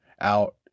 out